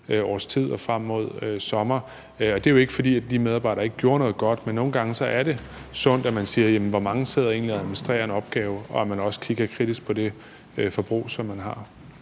års tid og frem mod sommeren. Det er jo ikke, fordi de medarbejdere ikke gjorde noget godt, men nogle gange er det sundt, at man spørger, hvor mange der egentlig sidder og administrerer en opgave, og at man også kigger kritisk på det forbrug, som man har.